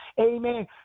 amen